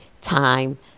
time